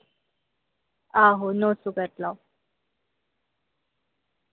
आहो नौ सौ करी लाओ